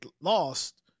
lost